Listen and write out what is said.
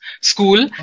school